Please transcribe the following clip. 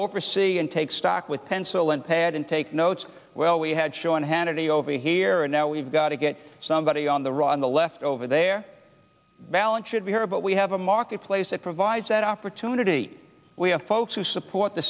oversee and take stock with pencil and pad and take notes well we had shown hannity over here and now we've got to get somebody on the run the left over there balance should be here but we have a marketplace that provides that opportunity we have folks who support the